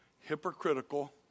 hypocritical